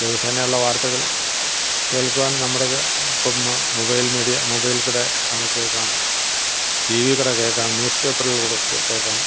ദിവസേനയുള്ള വാർത്തകൾ കേൾക്കുവാൻ നമ്മടുക്കേ ഇപ്പം മൊബൈൽ മീഡിയ മൊബൈൽ കൂടെ നമുക്ക് കേൾക്കാം ടിവിയിൽ കൂടെ കേൾക്കാം ന്യൂസ് പേപ്പറിൽ കൂടെ കേൾക്കാം